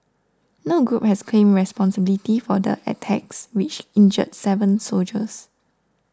no group has claimed responsibility for the attacks which injured seven soldiers